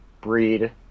breed